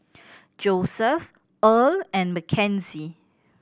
Joeseph Earl and Mckenzie